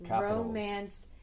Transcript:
romance